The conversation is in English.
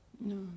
No